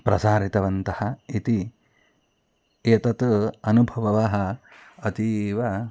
प्रसारितवन्तः इति एतत् अनुभवः अतीव